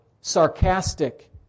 sarcastic